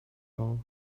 all